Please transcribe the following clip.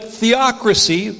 theocracy